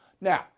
Now